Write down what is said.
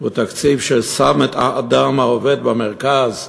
הוא תקציב ששם את האדם העובד במרכז,